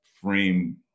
frame